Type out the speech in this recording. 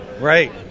Right